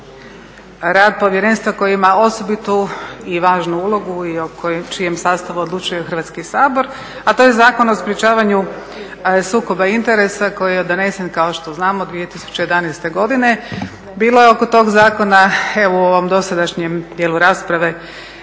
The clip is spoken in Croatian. rad povjerenstva koji ima osobitu i važnu ulogu i o čijem sastavu odlučuje Hrvatski sabor a to je Zakon o sprječavanju sukoba interesa koji je donesen kao što znamo 2011. godine. Bilo je oko tog zakona evo u ovom dosadašnjem dijelu rasprave